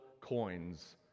coins